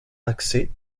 accès